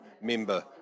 member